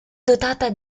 dotata